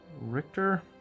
Richter